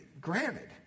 granted